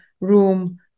room